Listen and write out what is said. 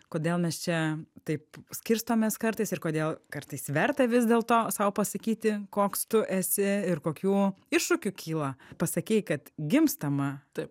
kodėl mes čia taip skirstomės kartais ir kodėl kartais verta vis dėlto sau pasakyti koks tu esi ir kokių iššūkių kyla pasakei kad gimstama